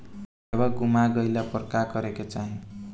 काडवा गुमा गइला पर का करेके चाहीं?